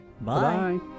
Bye